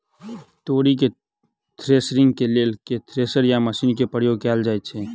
तोरी केँ थ्रेसरिंग केँ लेल केँ थ्रेसर या मशीन केँ प्रयोग कैल जाएँ छैय?